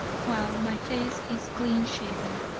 while my face is clean shaven.